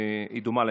היא דומה.